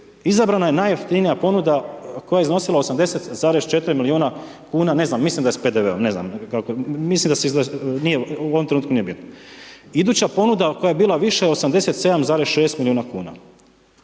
izabrana je najjeftinija ponuda koja je iznosila 80,4 milijuna kuna, ne znam mislim da je s PDV-om, ne znam, mislim da se, u ovom trenutku nije bitno. Iduća ponuda koja je bila viša je 87,6 milijuna kuna.